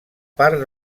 part